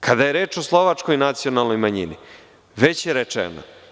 Kada je reč o Slovačkoj nacionalnoj manjini, već je rečeno.